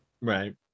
right